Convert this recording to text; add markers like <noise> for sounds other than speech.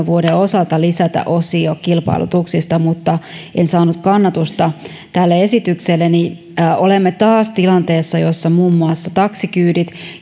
<unintelligible> vuoden osalta lisätä osio kilpailutuksista mutta en saanut kannatusta tälle esitykselleni olemme taas tilanteessa jossa muun muassa taksikyydit